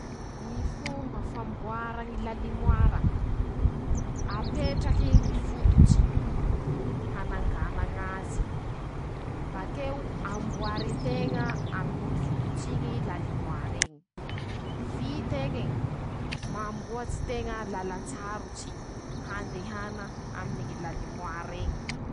Ñy fomba fañamboara ñy lalimoara: -Apetrake ñy fototse hanangana ñazy, bakeo hamboary nteña aminy ñy fotots'iñe ñy lalimoar'eñy, vit'eñy, mamboatsy teña lalan-tsarotsy handehana aminy ñy lalimoara eñy.